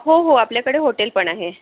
हो हो आपल्याकडे हॉटेल पण आहे